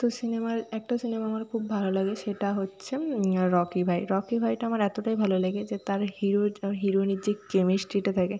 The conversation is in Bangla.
তো সিনেমার একটা সিনেমা আমার খুব ভালো লাগে সেটা হচ্ছে রকি ভাই রকি ভাইটা আমার এতোটাই ভালো লেগেছে তার হিরো হিরোইনের যে কেমিস্ট্রিটা থাকে